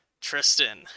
Tristan